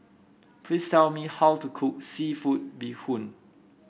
please tell me how to cook seafood Bee Hoon